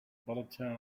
bulletin